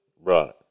Right